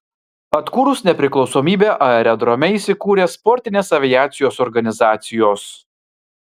atkūrus nepriklausomybę aerodrome įsikūrė sportinės aviacijos organizacijos